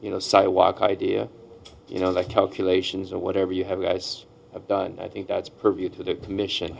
you know sidewalk idea you know like calculations or whatever you have us have done i think that's purview to the commission